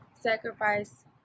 Sacrifice